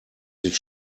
sich